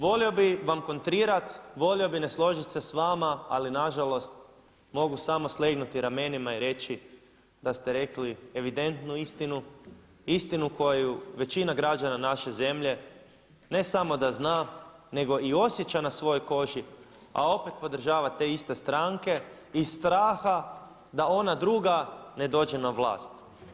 Volio bih vam kontrirat, volio bih nesložit se s vama ali na žalost mogu samo slegnuti ramenima i reći da ste rekli evidentnu istinu, istinu koju većina građana naše zemlje ne samo da zna nego i osjeća na svojoj koži a opet podržava te iste stranke iz straha da ona druga ne dođe na vlast.